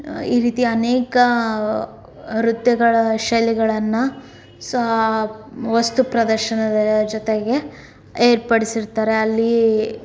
ಈ ರೀತಿಯ ಅನೇಕ ನೃತ್ಯಗಳ ಶೈಲಿಗಳನ್ನು ಸೊ ವಸ್ತು ಪ್ರದರ್ಶನದ ಜೊತೆಗೆ ಏರ್ಪಡಿಸಿರ್ತಾರೆ ಅಲ್ಲಿ